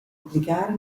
applicare